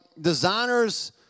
designers